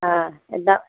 हाँ